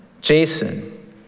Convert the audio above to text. Jason